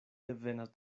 devenas